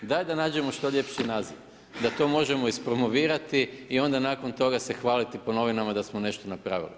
Daj da nađemo što ljepši naziv, da to možemo ispromovirati i onda nakon toga se hvaliti po novinama da smo nešto napravili.